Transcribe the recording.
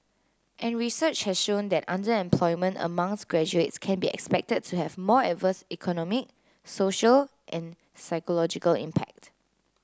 and research has shown that underemployment amongst graduates can be expected to have more adverse economic social and psychological impact